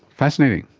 fascinating.